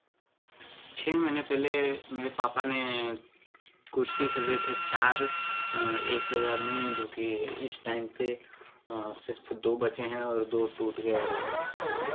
छः महीने पहले मेरे पापा ने कुर्सी खरीदे थे चार एक हज़ार में जो कि इस टाइम पे सिर्फ दो बचे हैं और दो टूट गए